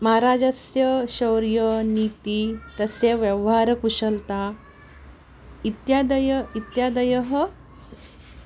महाराजस्य शौर्यं नीतिः तस्य व्यवहारकुशलता इत्यादयः इत्यादयः